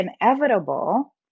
inevitable